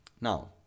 Now